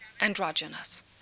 androgynous